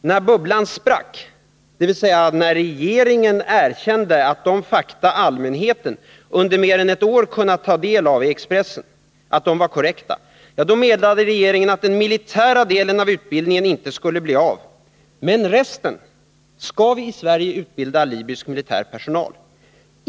När bubblan sprack — dvs. när regeringen erkände att de fakta allmänheten under mer än ett år kunnat ta del av i Expressen var korrekta — meddelade regeringen att den militära delen av utbildningen inte skulle bli av. Men resten? Skall vi i Sverige utbilda libysk militär personal?